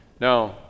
Now